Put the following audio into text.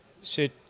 sit